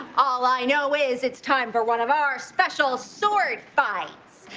all i know is it's time for one of our special sword fights.